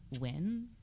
win